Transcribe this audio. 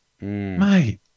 Mate